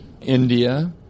India